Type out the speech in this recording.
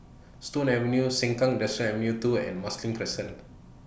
Stone Avenue Sengkang Industrial Avenue two and Marsiling Crescent